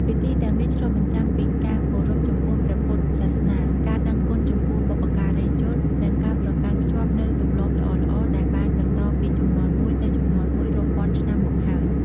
ពិធីទាំងនេះឆ្លុះបញ្ចាំងពីការគោរពចំពោះព្រះពុទ្ធសាសនា ការដឹងគុណចំពោះបុព្វការីជន និងការប្រកាន់ខ្ជាប់នូវទម្លាប់ល្អៗដែលបានបន្តពីជំនាន់មួយទៅជំនាន់មួយរាប់ពាន់ឆ្នាំមកហើយ។